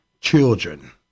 children